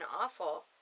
awful